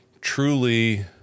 truly